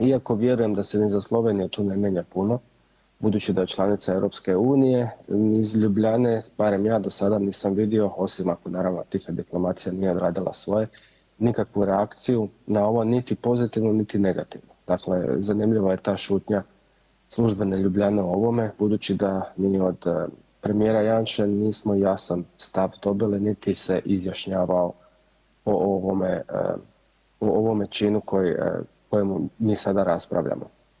Iako vjerujem da se ni za Sloveniju tu ne mijenja puno budući da je članica EU, iz Ljubljane, barem ja do sada nisam vidio osim ako naravno tiha diplomacija nije odradila svoje, nikakvu reakciju na ovo, niti pozitivnu, niti negativnu, dakle zanimljiva je ta šutnja službene Ljubljane o ovome budući da ni od premijera Janše nismo jasan stav dobili, niti se izjašnjavao o ovome, o ovome činu koji, o kojemu mi sada raspravljamo.